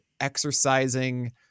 exercising